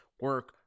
Work